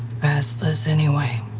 past this, anyway.